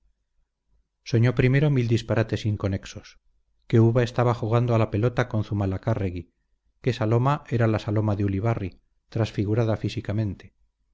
soñó primero mil disparates inconexos que uva estaba jugando a la pelota con zumalacárregui que saloma era la saloma de ulibarri transfigurada físicamente